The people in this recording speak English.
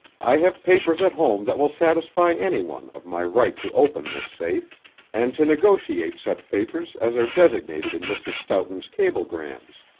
i have papers at home that will satisfy any one of my right to open this safe and to negotiate such papers as are designated in mr. stoughton's cablegrams.